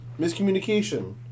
Miscommunication